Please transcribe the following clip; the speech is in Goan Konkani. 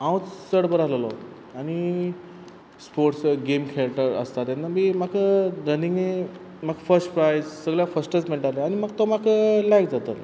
हांवूच चड बोर आहलोलो आनी स्पोर्ट्स गॅम खेळटा आसता तेन्ना न्ही म्हाक रनिंगे म्हाक फर्स्ट प्रायज सगळ्याक फर्स्टूच मेळटाले आनी म्हाक तो म्हाक लायक जातालो